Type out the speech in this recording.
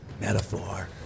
metaphor